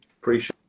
Appreciate